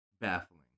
baffling